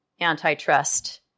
antitrust